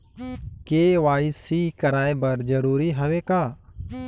KYC कराय बर जरूरी हवे का?